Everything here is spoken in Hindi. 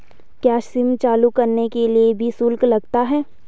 क्या सिम चालू कराने के लिए भी शुल्क लगता है?